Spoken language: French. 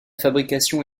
fabrication